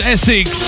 Essex